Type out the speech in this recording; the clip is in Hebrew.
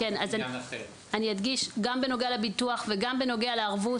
אני אדגיש שגם בנוגע לביטוח וגם בנוגע לערבות,